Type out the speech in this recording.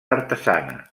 artesana